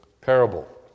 parable